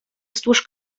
wzdłuż